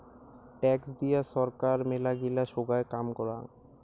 tax দিয়ে ছরকার মেলাগিলা সোগায় কাম করাং